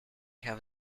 have